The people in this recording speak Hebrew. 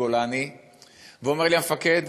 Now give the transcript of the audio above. מגולני ואומר לי: המפקד,